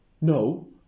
No